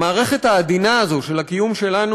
המערכת העדינה הזאת של הקיום שלנו,